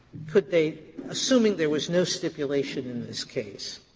could they assuming there was no stipulation in this case,